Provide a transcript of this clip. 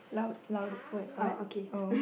loud louder wait what oh